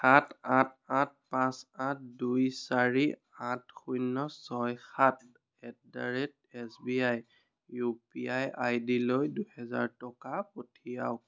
সাত আঠ আঠ পাঁচ আঠ দুই চাৰি আঠ শূন্য ছয় সাত at the rate S B I U P I আই ডিলৈ দুহেজাৰ টকা পঠিয়াওক